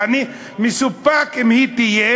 שאני מסופק אם הוא יהיה,